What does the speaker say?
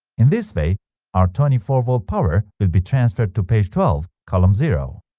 in this way our twenty four volt power will be transferred to page twelve, column zero